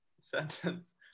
sentence